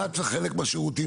דת זה חלק מהשירותים,